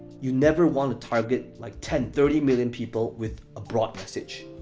you never wanna target, like, ten, thirty million people with a broad message,